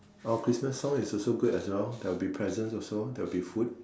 oh Christmas songs is also good as well there will be presents also there will be food